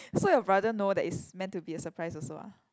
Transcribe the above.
so your brother know that it's meant to be a surprise also ah